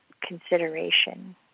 consideration